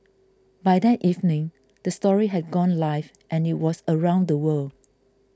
by that evening the story had gone live and it was around the world